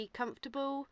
comfortable